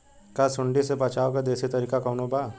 का सूंडी से बचाव क देशी तरीका कवनो बा?